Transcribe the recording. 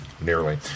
nearly